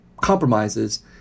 compromises